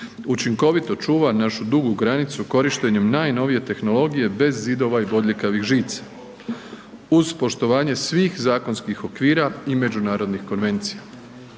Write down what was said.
učinkovito čuva našu dugu granicu korištenjem najnovije tehnologije bez zidova i bodljikavih žica uz poštovanje svih zakonskih okvira i međunarodnih konvencija.